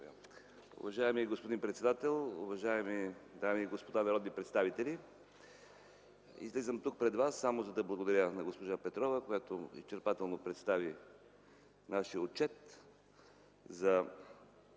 Уважаеми господин председател, уважаеми дами и господа народни представители! Излизам тук пред вас, само за да благодаря на госпожа Петрова, която изчерпателно представи нашия отчет за